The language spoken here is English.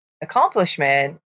accomplishment